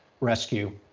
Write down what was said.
rescue